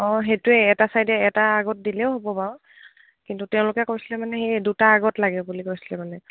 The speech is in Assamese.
অঁ সেইটোৱে এটা ছাইডে এটা আগত দিলেও হ'ব বাৰু কিন্তু তেওঁলোকে কৈছিলে মানে সেই দুটা আগত লাগে বুলি কৈছিলে মানে